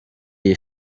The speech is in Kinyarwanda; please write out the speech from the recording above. iyi